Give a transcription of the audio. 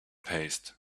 paste